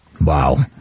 Wow